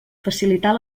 facilitar